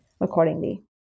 accordingly